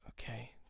okay